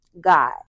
God